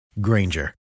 Granger